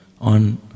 on